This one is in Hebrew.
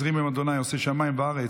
עזרי מעם ה' עֹשֵׂה שמים וארץ.